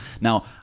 Now